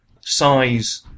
size